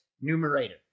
numerator